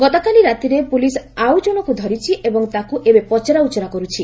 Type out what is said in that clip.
ଗତକାଲି ରାତିରେ ପୁଲିସ୍ ଆଉ ଜଣକୁ ଧରିଛି ଏବଂ ତାକୁ ଏବେ ପଚରା ଉଚରା କରୁଛି